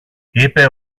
είπε